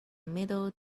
middle